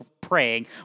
praying